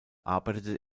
arbeitete